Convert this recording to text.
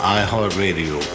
iHeartRadio